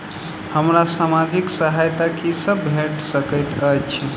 हमरा सामाजिक सहायता की सब भेट सकैत अछि?